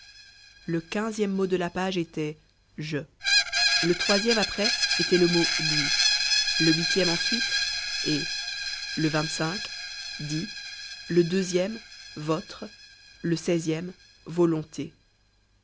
le e mot de la page était je le e après était le mot lui le e ensuite ai le dit le e votre le v volonté